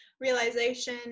realization